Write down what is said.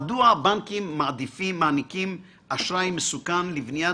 מדוע הבנקים מעניקים אשראי מסוכן לבניית